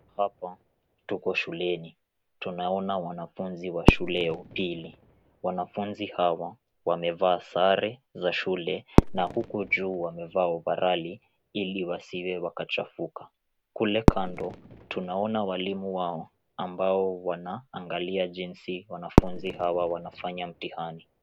Hapa tuko shuleni. Tunaona wanafunzi wa shule ya upili. Wanafunzi hawa, wamevaa sare za shule na huku juu wamevaa ovarali ili wasiwe wakachafuka. Kule kando, tunaona walimu wao ambao wanaangalia jinsi wanafunzi hawa wanafanya mtihani.